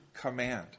command